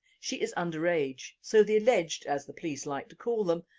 she is underage so the alleged as the police like to call them,